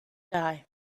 die